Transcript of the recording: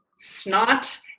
snot